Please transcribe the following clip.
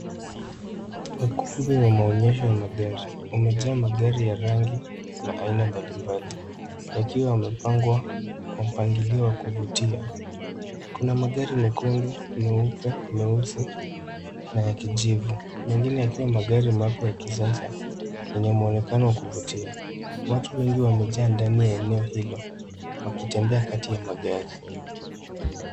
Ukumbi wa maonyesho ya magari, umejaa magari ya rangi, na aina mbalimbali. Yakiwa yamepangwa kwa mpangilio wa kuvutia. Kuna magari mekundu, meupe, meusi, na ya kijivu. Mengine yakiwa magari mapya ya kisasa, yenye muonekano wa kuvutia. Watu wengi wamejaa ndani ya eneo hilo, wakitembea kati ya magari.